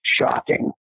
shocking